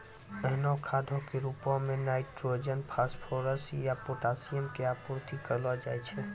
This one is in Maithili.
एहनो खादो के रुपो मे नाइट्रोजन, फास्फोरस या पोटाशियम के आपूर्ति करलो जाय छै